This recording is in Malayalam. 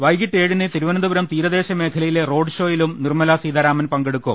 വൈകീട്ട് ഏഴിന് തിരുവനന്തപുരം തീരദേശ മേഖലയിലെ റോഡ് ഷോയിലും നിർമ ല സീതാരാമൻ പങ്കെടുക്കും